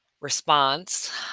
response